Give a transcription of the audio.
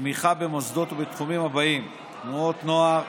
תמיכה במוסדות ובתחומים הבאים: תנועות נוער,